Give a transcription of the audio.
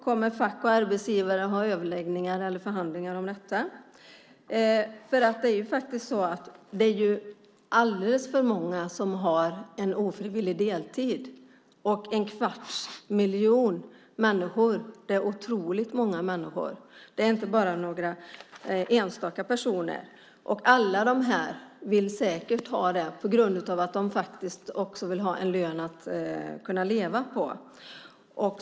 Kommer fack och arbetsgivare att ha överläggningar eller förhandlingar om detta? Det är faktiskt alldeles för många som har en ofrivillig deltid. En kvarts miljon människor är otroligt många människor. Det är inte bara några enstaka personer. Alla de här vill säkert ha heltid på grund av att de faktiskt vill ha en lön som de kan leva på.